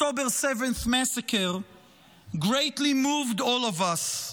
7th massacre greatly moved all of us,